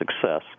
success